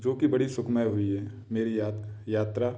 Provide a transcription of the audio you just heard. जो कि बड़ी सुखमय हुई है मेरी यात यात्रा